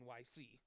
NYC